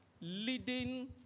leading